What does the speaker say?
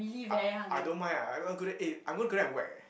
I I don't mind ah I wanna go there eh I'm gonna go there and whack eh